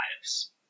lives